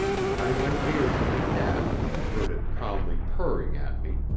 when i went near to the cat, and heard it calmly purring at me,